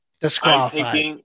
Disqualified